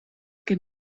que